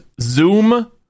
Zoom